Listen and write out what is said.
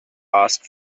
ask